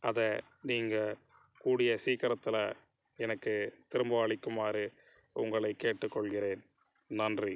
அதை நீங்கள் கூடிய சீக்கிரத்தில் எனக்கு திரும்ப அளிக்குமாறு உங்களை கேட்டுக்கொள்கிறேன் நன்றி